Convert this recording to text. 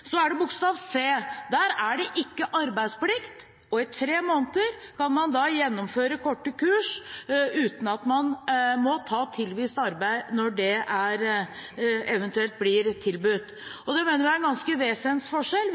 så er det bokstav c: Der er det ikke arbeidsplikt, og i tre måneder kan man da gjennomføre korte kurs uten at man må ta tilvist arbeid når det eventuelt blir tilbudt. Det mener vi er ganske